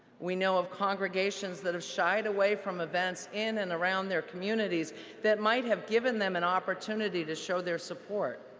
we know of congregations that have shyed away from events in and around their communities that might have given them an opportunity to show their support